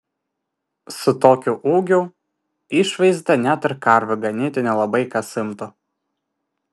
su tokiu ūgiu išvaizda net ir karvių ganyti nelabai kas imtų